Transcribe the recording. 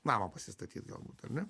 namą pasistatyt gal ar ne